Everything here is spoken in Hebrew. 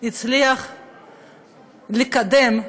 הצליח לקדם,